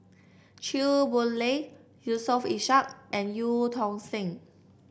Chew Boon Lay Yusof Ishak and Eu Tong Sen